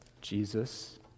Jesus